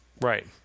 Right